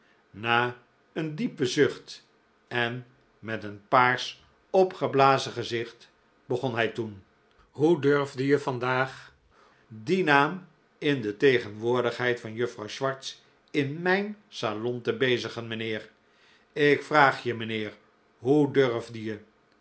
na een diepen zucht en met een paars opgeblazen gezicht begon hij toen hoe durfde je vandaag dien naam in tegenwoordigheid van juffrouw swartz in mijn salon te bezigen mijnheer ik vraag je mijnheer hoe durfde je